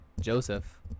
Joseph